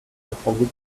l’assemblée